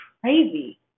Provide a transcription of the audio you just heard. crazy